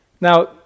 Now